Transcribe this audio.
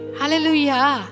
Hallelujah